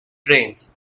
trains